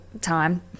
time